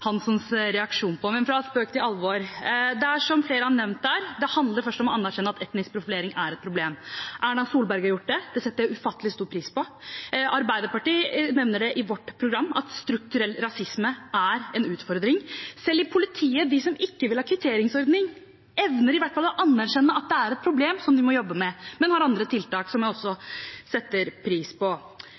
Hanssons reaksjon på. Fra spøk til alvor: Som flere har nevnt her, handler det først om å anerkjenne at etnisk profilering er et problem. Erna Solberg har gjort det; det setter jeg ufattelig stor pris på. Arbeiderpartiet nevner i vårt program at strukturell rasisme er en utfordring. Selv de i politiet som ikke vil ha en kvitteringsordning, evner i hvert fall å anerkjenne at det er et problem som de må jobbe med, men de har andre tiltak, som jeg også setter pris på.